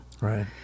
right